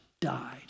died